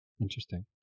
Interesting